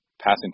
passing